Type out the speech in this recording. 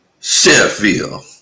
Sheffield